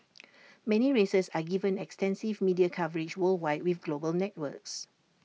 many races are given extensive media coverage worldwide with global networks